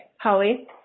Holly